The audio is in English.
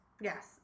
Yes